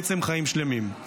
בעצם חיים שלמים,